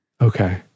Okay